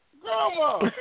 Grandma